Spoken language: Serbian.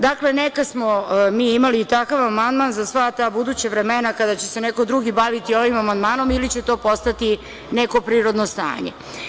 Dakle, neka smo mi imali i takav amandman za sva ta buduća vremena kada će se neko drugi baviti ovim amandmanom ili će to postati neko prirodno stanje.